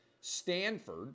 Stanford